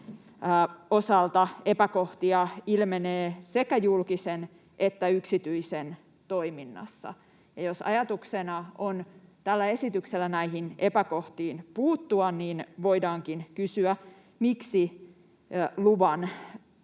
osalta epäkohtia ilmenee sekä julkisen että yksityisen toiminnassa. Jos ajatuksena on tällä esityksellä näihin epäkohtiin puuttua, niin voidaankin kysyä, miksi luvan